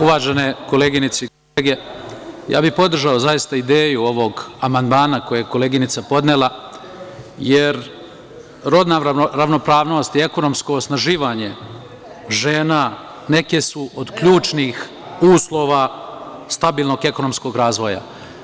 Uvažene koleginice i kolege, ja bih podržao zaista ideju ovog amandmana koji je koleginica podnela, jer rodna ravnopravnost i ekonomsko osnaživanje žena neki su od ključnih uslova stabilnog ekonomskog razvoja.